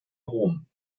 rom